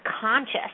conscious